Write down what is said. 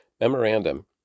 Memorandum